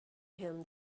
him